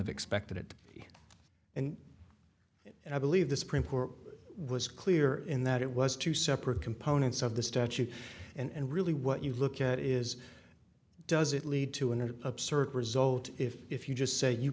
have expected it and i believe the supreme court was clear in that it was two separate components of the statute and really what you look at is does it lead to an absurd result if you just say you